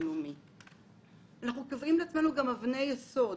גם קובעים לעצמנו אבני יסוד.